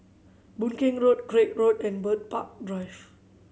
Boon Keng Road Craig Road and Bird Park Drive